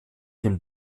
dem